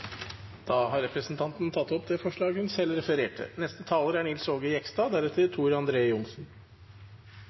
Da har representanten Kjersti Leirtrø tatt opp det forslaget hun refererte